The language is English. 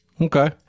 Okay